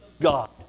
God